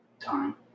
Time